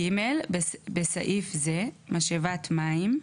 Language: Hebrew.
(ג)בסעיף זה, "משאבת מים"